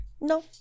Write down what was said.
No